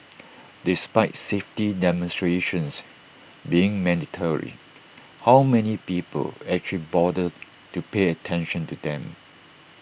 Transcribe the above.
despite safety demonstrations being mandatory how many people actually bother to pay attention to them